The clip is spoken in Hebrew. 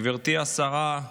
גברתי השרה,